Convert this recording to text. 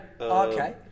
okay